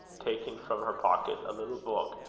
taking from her pocket a little book,